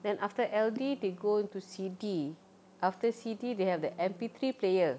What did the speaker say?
then after L_D they go into C_D after C_D they have the M_P three player